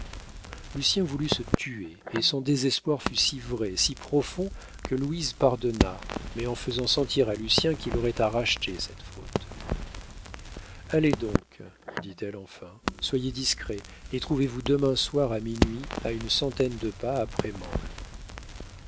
noces lucien voulut se tuer et son désespoir fut si vrai si profond que louise pardonna mais en faisant sentir à lucien qu'il aurait à racheter cette faute allez donc dit-elle enfin soyez discret et trouvez-vous demain soir à minuit à une centaine de pas après